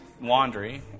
Laundry